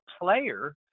player